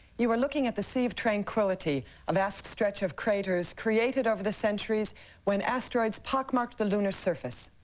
you are looking at the sea of tranquility a vast stretch of craters created over the centuries when asteroids pock-marked the lunar surface.